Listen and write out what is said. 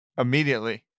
immediately